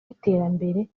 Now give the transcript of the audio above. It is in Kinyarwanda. w’iterambere